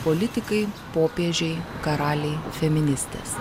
politikai popiežiai karaliai feministės